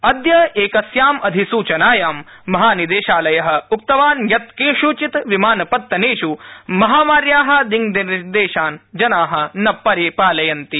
अदय एकस्याम अधिसूचनायाम महानिदेशालय प्रोक्तवान यत केष्चित विमानपत्तनेष् महामार्या दिङ्निर्देशान ा जना न परिपालयन्ति